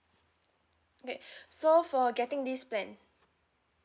okay so for getting this plan